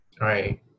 Right